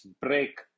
break